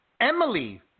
Emily